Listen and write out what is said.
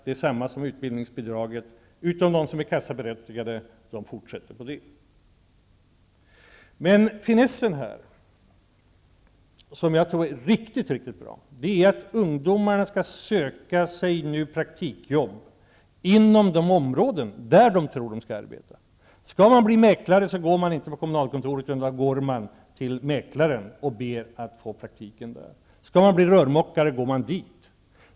De är desamma som för utbildningsbidraget, utom för dem som är kassaberättigade. De fortsätter som förut. Finessen är, vilket jag tror är riktigt bra, att ungdomarna nu skall söka sig praktikjobb inom de områden där de tror att de skall arbeta. Skall man bli mäklare går man inte till kommunalkontoret, utan då går man till mäklaren och ber att få praktiken där. Skall man bli rörmokare går man till en sådan firma.